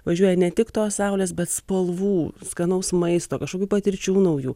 važiuoja ne tik tos saulės bet spalvų skanaus maisto kažkokių patirčių naujų